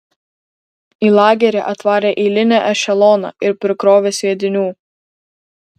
į lagerį atvarė eilinį ešeloną ir prikrovė sviedinių